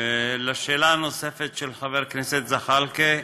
לשאלה הנוספת של חבר הכנסת זחאלקה,